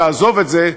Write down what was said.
תעזוב את זה,